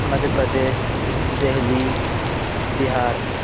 Madhya Pradesh Delhi Bihar